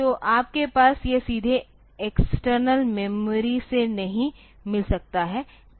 तो आपके पास यह सीधे एक्सटर्नल मेमोरी से नहीं मिल सकता है